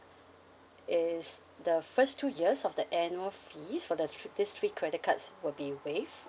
is the first two years of the annual fees for the thr~ these three credit cards will be waived